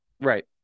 right